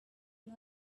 not